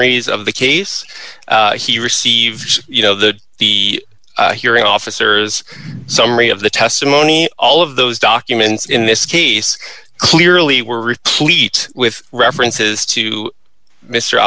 raise of the case he received you know the the hearing officers summary of the testimony all of those documents in this case clearly were replete with references to mr